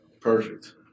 Perfect